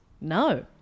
No